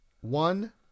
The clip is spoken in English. one